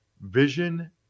Vision